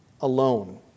alone